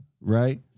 right